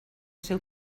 seu